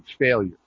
failure